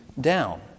down